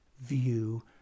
view